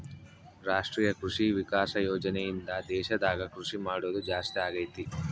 ರಾಷ್ಟ್ರೀಯ ಕೃಷಿ ವಿಕಾಸ ಯೋಜನೆ ಇಂದ ದೇಶದಾಗ ಕೃಷಿ ಮಾಡೋದು ಜಾಸ್ತಿ ಅಗೈತಿ